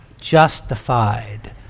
justified